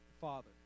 Father